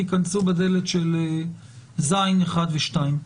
תיכנסו בדלת של (ז)(1) ו-(2).